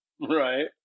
Right